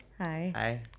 Hi